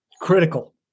Critical